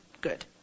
good